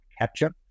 capture